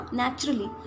naturally